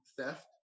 theft